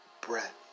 breath